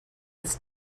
its